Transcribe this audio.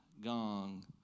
gong